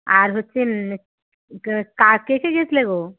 আর হচ্ছে কে কে গিয়েছিলে গো